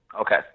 Okay